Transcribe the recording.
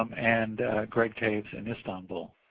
um and greg taevs in istanbul.